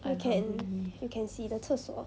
you can you 洗 the 厕所